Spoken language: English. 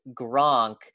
Gronk